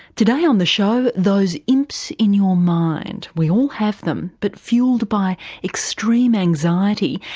today on the show, those imps in your mind we all have them, but, fuelled by extreme anxiety,